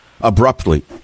Abruptly